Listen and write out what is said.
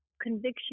conviction